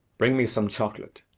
bring me some chocolate.